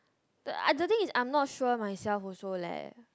the I the thing is I'm not sure myself also leh